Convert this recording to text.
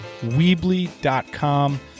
Weebly.com